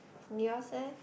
yours eh